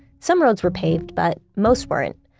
some roads were paved, but most weren't.